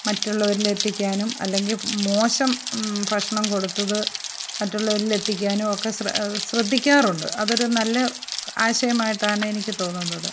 മറ്റുള്ളവരിലെത്തിക്കാനും അല്ലെങ്കിൽ മോശം ഭക്ഷണം കൊടുത്തത് മറ്റുള്ളവരിലെത്തിക്കാനുമൊക്കെ ശ്രദ്ധ ശ്രദ്ധിക്കാറുണ്ട് അതൊരു നല്ല ആശയമായിട്ടാണ് എനിക്ക് തോന്നുന്നത്